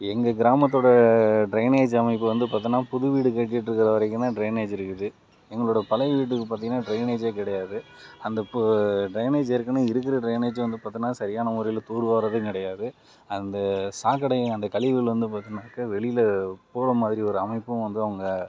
எங்கள் கிராமத்தோடய டிரைனேஜ் அமைப்பு வந்து பார்த்தோன்னா புது வீடு கட்டிட்டிருக்கற வரைக்குந்தான் டிரைனேஜ் இருக்குது எங்களோடய பழைய வீட்டுக்கு பார்த்திங்கன்னா டிரைனேஜே கிடையாது அந்த பு டிரைனேஜ் ஏற்கனே இருக்கிற டிரைனேஜும் வந்து பார்த்தோன்னா சரியான முறையில் தூருவாருரதும் கிடையாது அந்த சாக்கடை அந்த கழிவுகள் வந்து பார்த்திங்கன்னாக்க வெளியில் போகிற மாதிரி ஒரு அமைப்பும் வந்து அவங்க